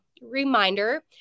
reminder